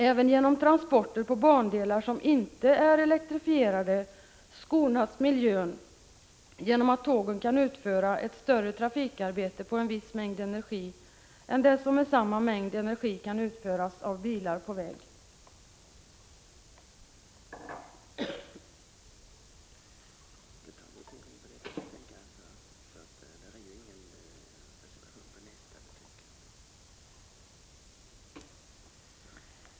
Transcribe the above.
Även genom transporter på bandelar som inte är elektrifierade skonas miljön genom att tågen kan utföra ett större trafikarbete med en viss mängd energi än det som med samma mängd energi kan utföras av bilar på väg.